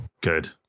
Good